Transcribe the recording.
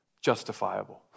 justifiable